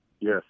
Yes